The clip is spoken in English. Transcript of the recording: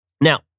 Now